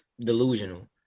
delusional